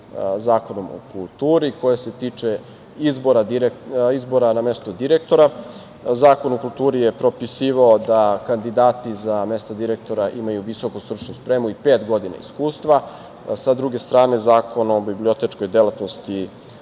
Zakonom o kulturi koje se tiče izbora na mesto direktora. Zakon o kulturi je propisivao da kandidati za mesto direktora imaju visoku stručnu spremu i pet godina iskustva. Sa druge strane, Zakon o bibliotečkoj delatnosti